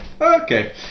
Okay